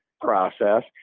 process